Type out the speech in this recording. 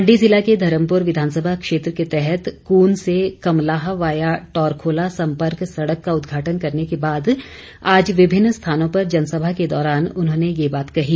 मण्डी जिला के धर्मपुर विधानसभा क्षेत्र के तहत कून से कमलाह वाया टॉरखोल संपर्क सड़क का उदघाटन करने के बाद आज विभिन्न स्थानों पर जनसभा के दौरान उन्होंने ये बात कही